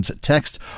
Text